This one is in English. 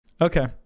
okay